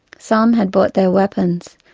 some had brought their weapons,